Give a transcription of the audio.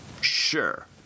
Sure